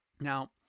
Now